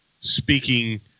speaking